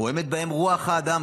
פועמת בהם רוח האדם,